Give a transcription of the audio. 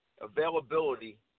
availability